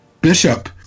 Bishop